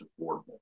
affordable